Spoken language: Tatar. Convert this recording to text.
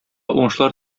уңышлар